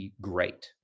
great